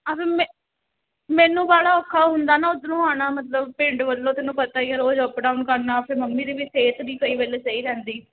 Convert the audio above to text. ਹਾਂ ਫਿਰ ਮੇ ਮੈਨੂੰ ਵਾਹਲਾ ਔਖਾ ਹੁੰਦਾ ਨਾ ਉੱਧਰੋਂ ਆਉਣਾ ਮਤਲਬ ਪਿੰਡ ਵੱਲੋਂ ਤੈਨੂੰ ਪਤਾ ਹੀ ਆ ਰੋਜ਼ ਅਪ ਡਾਊਨ ਕਰਨਾ ਫਿਰ ਮੰਮੀ ਦੀ ਵੀ ਸਿਹਤ ਨਹੀਂ ਕਈ ਵੇਲੇ ਸਹੀ ਰਹਿੰਦੀ